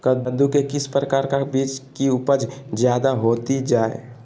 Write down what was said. कददु के किस प्रकार का बीज की उपज जायदा होती जय?